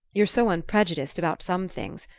you're so unprejudiced about some things,